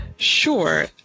Sure